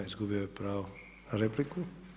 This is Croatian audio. Izgubio je pravo na repliku.